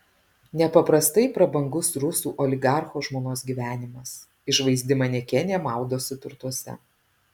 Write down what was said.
nepaprastai prabangus rusų oligarcho žmonos gyvenimas išvaizdi manekenė maudosi turtuose